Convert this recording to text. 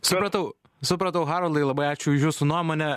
supratau supratau haroldai labai ačiū už jūsų nuomonę